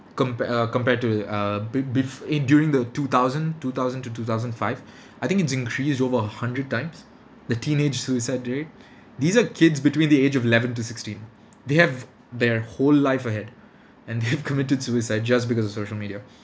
compare uh compared to err be bef~ in during the two thousand two thousand to two thousand five I think it's increased over a hundred times the teenage suicide rate these are kids between the age of eleven to sixteen they have their whole life ahead and they've committed suicide just because of social media